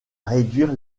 réduire